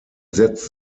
setzt